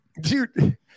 dude